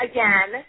Again